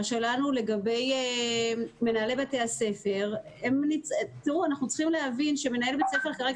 לגבי מנהלי בתי הספר - אנחנו צריכים להבין שמנהל בית הספר כרגע,